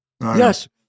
Yes